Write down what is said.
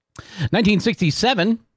1967